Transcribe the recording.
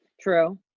True